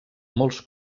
molts